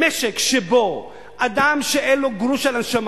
במשק שבו אדם שאין לו גרוש על הנשמה